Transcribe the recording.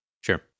Sure